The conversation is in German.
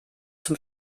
zum